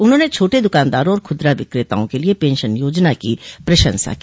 उन्होंने छोटे दुकानदारों और खुदरा विक्रेताओं के लिए पेंशन योजना की प्रशंसा की